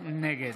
נגד